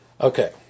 Okay